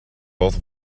both